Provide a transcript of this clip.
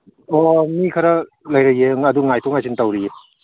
ꯑꯣ ꯃꯤ ꯈꯔ ꯂꯩꯔꯤ ꯑꯗꯨ ꯉꯥꯏꯊꯣꯛ ꯉꯥꯏꯁꯤꯟ ꯇꯧꯔꯤꯌꯦ